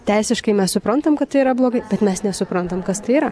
teisiškai mes suprantam kad tai yra blogai bet mes nesuprantam kas tai yra